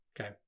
okay